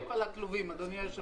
אין שקף על הכלובים, אדוני היושב-ראש.